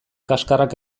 kaxkarrak